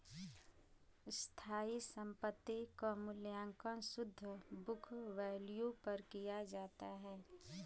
स्थायी संपत्ति क मूल्यांकन शुद्ध बुक वैल्यू पर किया जाता है